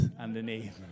underneath